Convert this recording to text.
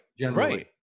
right